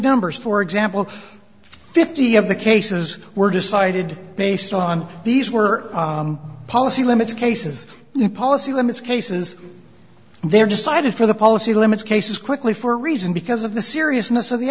dumbass for example fifty of the cases were decided based on these were policy limits cases in policy limits cases there decided for the policy limits cases quickly for a reason because of the seriousness of the